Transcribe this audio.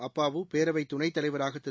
அப்பாவு பேரவைத் துணைத்தலைவராக திரு